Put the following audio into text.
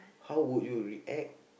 how would you react